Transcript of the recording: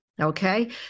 okay